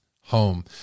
home